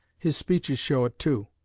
his speeches show it, too.